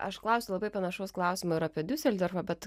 aš klausiu labai panašaus klausimo ir apie diuseldorfą bet